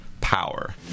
power